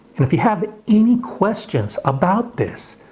and if you have any questions about this,